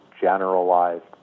generalized